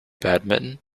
badminton